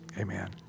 Amen